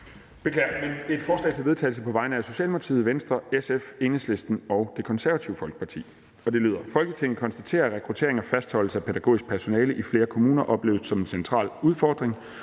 et forslag til vedtagelse på vegne af Socialdemokratiet, Venstre, SF, Enhedslisten og Det Konservative Folkeparti, og det lyder: Forslag til vedtagelse »Folketinget konstaterer, at rekruttering og fastholdelse af pædagogisk personale i flere kommuner opleves som en central udfordring.